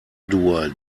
dur